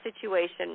situation